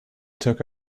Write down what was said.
took